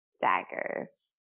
daggers